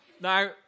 Now